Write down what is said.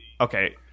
okay